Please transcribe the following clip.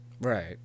Right